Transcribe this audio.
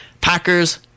Packers